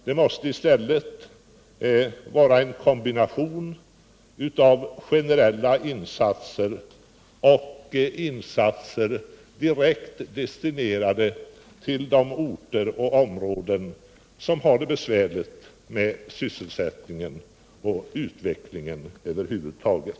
Det måste i stället vara en kombination av generella insatser och insatser som är direkt destinerade till de orter och områden som har det besvärligt med sysselsättningen och utvecklingen över huvud taget.